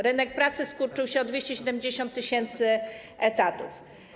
Rynek pracy skurczył się o 270 tys. etatów.